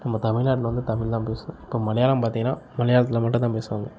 நம்ம தமிழ்நாட்டில வந்து தமிழ் தான் பேசணும் இப்போ மலையாளம் பார்த்தீங்கன்னா மலையாளத்தில் மட்டும் தான் பேசுவாங்கள்